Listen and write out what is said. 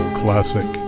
classic